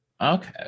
Okay